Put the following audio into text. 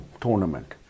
tournament